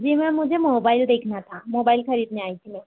जी ma'am ma'am मुझे mobile देखना था मोबाइल खरीदने आई थी मैं